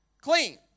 clean